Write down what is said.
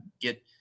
get